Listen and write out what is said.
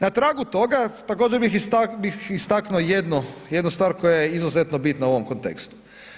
Na tragu toga također bih istaknuo jednu stvar koja je izuzetno bitna u ovom kontekstu.